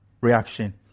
reaction